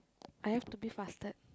I have to be fasted